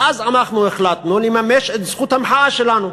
ואז אנחנו החלטנו לממש את זכות המחאה שלנו.